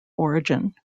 origin